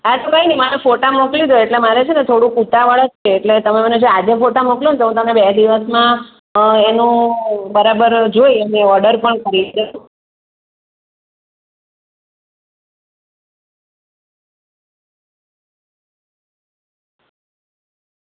હા તો કંઈ નહીં મને ફોટા મોકલી દ્યો એટલે મારે છે ને થોડુંક ઉતાવળ જ છે એટલે તમે મને જો આજે ફોટા મોકલોને તો હું તમને બે દિવસમાં એનું બરાબર જોઈ અને ઓર્ડર પણ કરી શકું